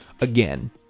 again